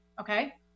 okay